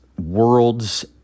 world's